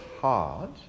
hard